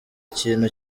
ikintu